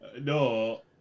no